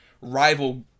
rival